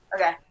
Okay